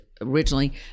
originally